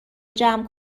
جمع